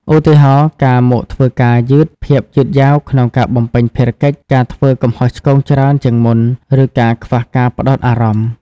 ឧទាហរណ៍ ការមកធ្វើការយឺត ភាពយឺតយ៉ាវក្នុងការបំពេញភារកិច្ច ការធ្វើកំហុសឆ្គងច្រើនជាងមុន ឬការខ្វះការផ្តោតអារម្មណ៍។